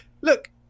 look